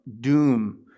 doom